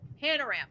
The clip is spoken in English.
panorama